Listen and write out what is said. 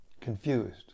Confused